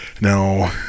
Now